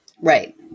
Right